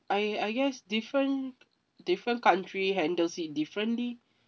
I I guess different different country handles it differently